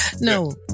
No